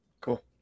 Cool